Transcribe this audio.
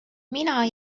mina